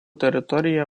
teritorija